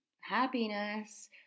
happiness